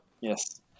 yes